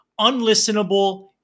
unlistenable